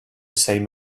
same